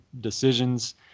decisions